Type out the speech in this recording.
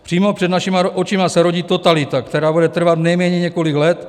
Přímo před našima očima se rodí totalita, která bude trvat nejméně několik let.